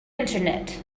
internet